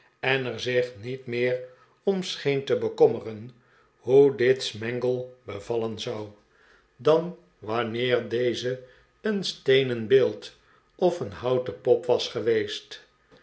en er zich niet meer om scheen te bekommeren hoe dit smangle bevallen zou dan wanneer deze een steenen beeld of een houten pop was geweest